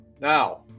Now